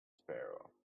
sparrow